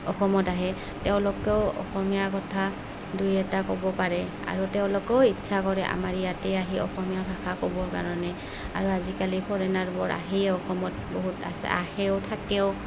অসমত আহে তেওঁলোকেও অসমীয়া কথা দুই এটা ক'ব পাৰে আৰু তেওঁলোকেও ইচ্ছা কৰে আমাৰ ইয়াতে আহি অসমীয়া ভাষা ক'বৰ কাৰণে আৰু আজিকালি ফৰেনাৰবোৰ আহেই অসমত বহুত আছে আহেও থাকেও